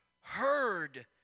heard